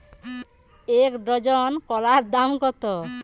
এক ডজন কলার দাম কত?